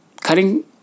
cutting